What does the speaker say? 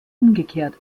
umgekehrt